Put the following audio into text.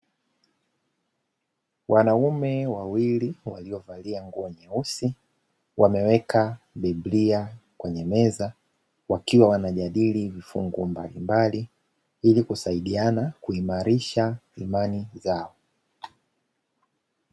Wanaume wawili waliyovalia nguo nyeusi, wameweka biblia kwenye meza, wakiwa wanajadili vifungu mbalimbali, ili kusaidiana kuimarisha imani zao.